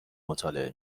مطالعه